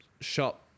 shop